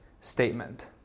statement